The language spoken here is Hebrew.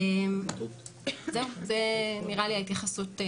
זהו, זאת ההתייחסות.